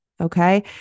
okay